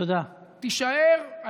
היא תישאר,